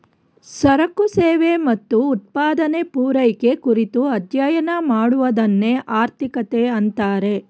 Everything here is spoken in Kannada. ಸರಕು ಸೇವೆ ಮತ್ತು ಉತ್ಪಾದನೆ, ಪೂರೈಕೆ ಕುರಿತು ಅಧ್ಯಯನ ಮಾಡುವದನ್ನೆ ಆರ್ಥಿಕತೆ ಅಂತಾರೆ